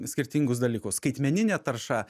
skirtingus dalykus skaitmeninė tarša